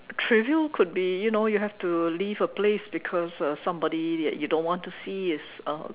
trivial could be you know you have to leave a place because uh somebody that you don't want to see is uh